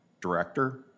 director